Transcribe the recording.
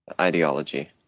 ideology